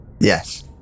Yes